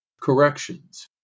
corrections